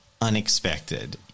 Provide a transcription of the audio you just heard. unexpected